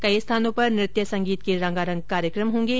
कई स्थानों पर नृत्य संगीत के रंगारंग कार्यक्रम होंगे